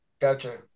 Gotcha